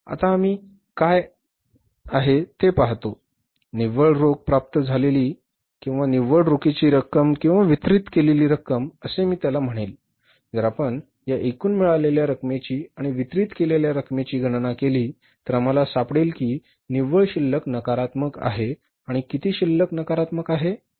आता आम्ही काय आहे ते पाहतो निव्वळ रोख प्राप्त झालेली निव्वळ रोखीची रक्कम वितरित केलेली रक्कम असे मी त्याला म्हणेन जर आपण या एकूण मिळालेल्या रकमेची आणि वितरित केलेल्या रकमेची गणना केली तर आम्हाला सापडेल की निव्वळ शिल्लक नकारात्मक आहे आणि किती शिल्लक नकारात्मक आहे